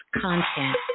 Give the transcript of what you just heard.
content